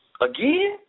Again